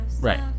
right